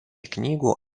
knygų